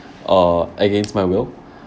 uh against my will